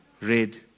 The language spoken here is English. Red